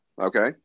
Okay